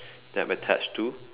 that I'm attached to